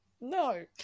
No